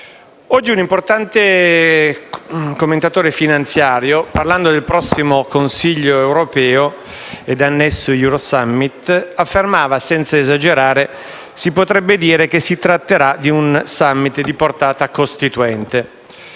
oggi un importante commentatore finanziario, parlando del prossimo Consiglio europeo e dell'annesso Euro Summit, affermava, senza esagerare, che si potrebbe dire che si tratterà di un *summit* di portata costituente.